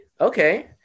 Okay